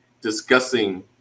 discussing